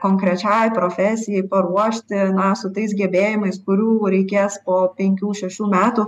konkrečiai profesijai paruošti na su tais gebėjimais kurių reikės po penkių šešių metų